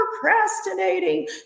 procrastinating